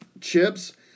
chips